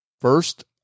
First